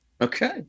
Okay